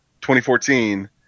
2014